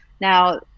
now